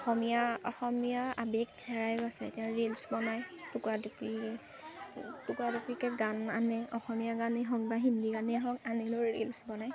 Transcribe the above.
অসমীয়া অসমীয়া আৱেগ হেৰাই গৈছে এতিয়া ৰিলচ বনায় টুকুৰা টুকুৰাকে গান আনে অসমীয়া গানেই হওক বা হিন্দী গানেই হওক আনিলৈ ৰিলচ বনায়